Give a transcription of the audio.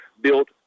built